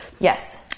Yes